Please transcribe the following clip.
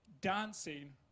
dancing